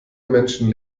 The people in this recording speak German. menschen